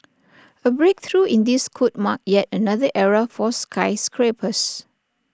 A breakthrough in this could mark yet another era for skyscrapers